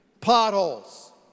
Potholes